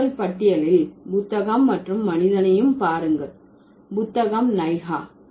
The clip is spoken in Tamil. பெயர் சொல் பட்டியலில் புத்தகம் மற்றும் மனிதனையும்பாருங்கள் புத்தகம் நைகா